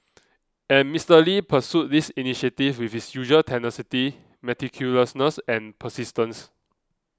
and Mister Lee pursued this initiative with his usual tenacity meticulousness and persistence